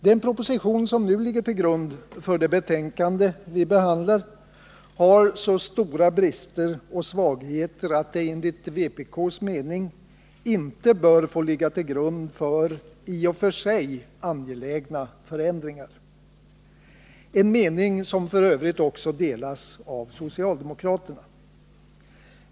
Den proposition som ligger till grund för det betänkande vi nu behandlar har så stora brister och svagheter att den enligt vpk:s mening inte bör få ligga till grund för i och för sig angelägna förändringar. Det är en mening som f. ö. också delas av socialdemokraterna.